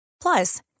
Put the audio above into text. Plus